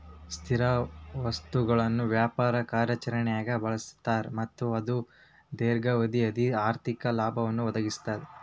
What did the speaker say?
ಸ್ಥಿರ ಸ್ವತ್ತುಗಳನ್ನ ವ್ಯಾಪಾರ ಕಾರ್ಯಾಚರಣ್ಯಾಗ್ ಬಳಸ್ತಾರ ಮತ್ತ ಅದು ದೇರ್ಘಾವಧಿ ಆರ್ಥಿಕ ಲಾಭವನ್ನ ಒದಗಿಸ್ತದ